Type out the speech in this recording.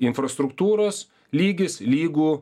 infrastruktūros lygis lygu